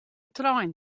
trein